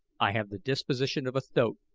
i have the disposition of a thoat,